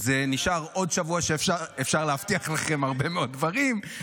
נשאר עוד שבוע שאפשר להבטיח לכם הרבה מאוד דברים,